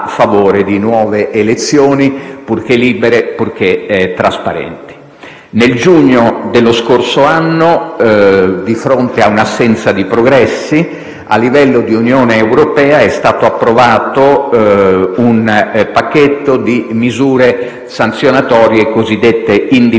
di nuove elezioni, purché libere e trasparenti. Nel giugno dello scorso anno, di fronte a un'assenza di progressi, a livello di Unione europea è stato approvato un pacchetto di misure sanzionatorie cosiddette individuali,